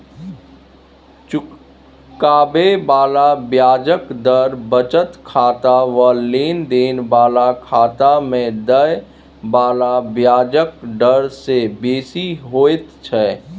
चुकाबे बला ब्याजक दर बचत खाता वा लेन देन बला खाता में देय बला ब्याजक डर से बेसी होइत छै